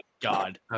God